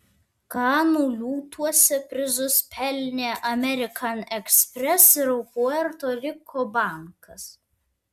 kanų liūtuose prizus pelnė amerikan ekspres ir puerto riko bankas